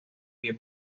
pie